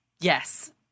Yes